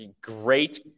great